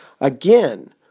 Again